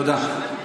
תודה.